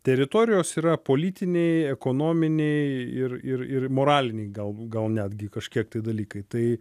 teritorijos yra politiniai ekonominiai ir ir ir moraliniai gal gal netgi kažkiek tai dalykai tai